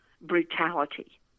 brutality